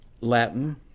Latin